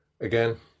again